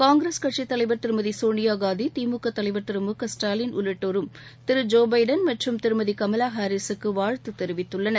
காங்கிரஸ் கட்சித் தலைவர் திருமதி சோனியாகாந்தி திமுக தலைவர் திரு மு க ஸ்டாலின் உள்ளிட்டோரும் திரு ஜோ பைடன் மற்றும் திருமதி கமலா ஹாரிஸுக்கு வாழ்த்து தெரிவித்துள்ளனர்